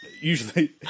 Usually